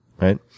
Right